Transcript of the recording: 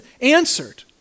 answered